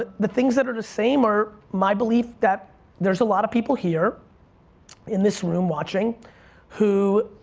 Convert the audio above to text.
the the things that are the same are my belief that there's a lot of people here in this room watching who